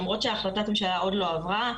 למרות שהחלטת ממשלה טרם עברה,